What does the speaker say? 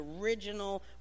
original